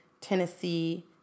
Tennessee